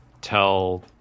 tell